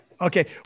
Okay